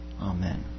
Amen